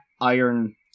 iron